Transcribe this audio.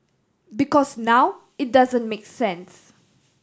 because now it doesn't make sense